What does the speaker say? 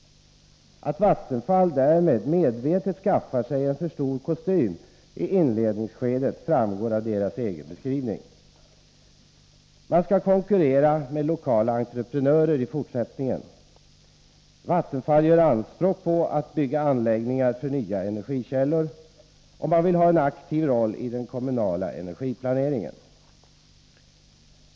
Att Vattenfall därmed medvetet skaffar sig en för stor kostym i inledningsskedet framgår av verkets egen beskrivning. Vattenfall skall konkurrera mer med lokala entreprenörer i fortsättningen. Vattenfall gör anspråk på att få bygga anläggningar för nya energikällor och vill ha en aktiv roll i den kommunala energiplaneringen.